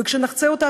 וכשנחצה אותה,